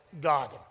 God